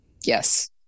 Yes